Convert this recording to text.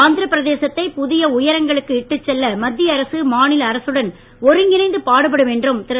ஆந்திர பிரதேசத்தை புதிய உயரங்களுக்கு இட்டுச் செல்ல மத்திய அரசு மாநில அரசுடன் ஒருங்கிணைந்து பாடுபடும் என்றும் திரு